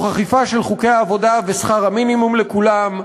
תוך אכיפה של חוקי העבודה ושכר המינימום לכולם,